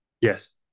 yes